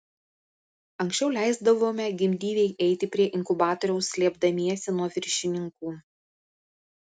anksčiau leisdavome gimdyvei eiti prie inkubatoriaus slėpdamiesi nuo viršininkų